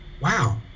wow